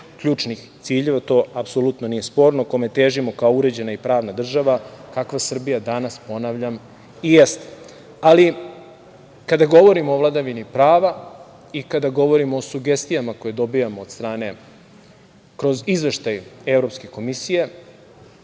ključnih ciljeva i to apsolutno nije sporno, kome težimo kao uređena i pravna država, kakva Srbija, danas ponavljam, i jeste. Kada govorimo o vladavini prava i kada govorimo o sugestijama koje dobijamo od strane kroz Izveštaj Evropske komisije,